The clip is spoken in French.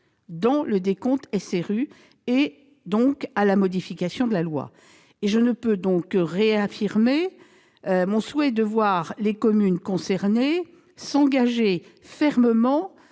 dans le décompte SRU et à la modification de la loi. Je ne peux donc que réaffirmer mon souhait de voir les communes concernées s'engager fermement